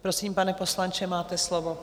Prosím, pane poslanče, máte slovo.